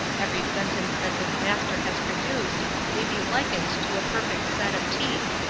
every sentence that this master has produced may be likened to a perfect set of teeth,